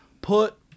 put